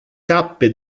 tappe